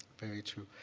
very true.